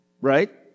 right